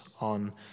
on